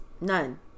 None